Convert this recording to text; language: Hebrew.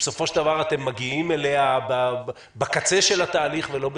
שבסופו של דבר אתם מגיעים אליה בקצה התהליך ולא בתחילתו?